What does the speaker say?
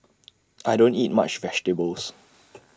I don't eat much vegetables